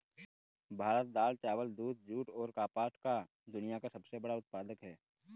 भारत दाल, चावल, दूध, जूट, और कपास का दुनिया का सबसे बड़ा उत्पादक है